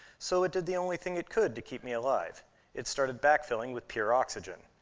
so it did the only thing it could to keep me alive it started backfilling with pure oxygen.